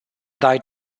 died